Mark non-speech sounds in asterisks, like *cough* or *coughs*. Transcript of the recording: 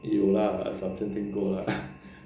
有啦 assumption 听过啦 *coughs*